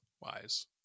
wise